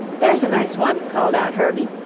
there's a nice one, called out herbie,